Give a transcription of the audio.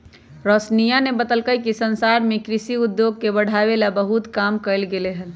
रोशनीया ने बतल कई कि संसार में कृषि उद्योग के बढ़ावे ला बहुत काम कइल गयले है